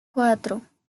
cuatro